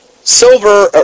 Silver